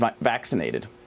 vaccinated